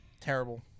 Terrible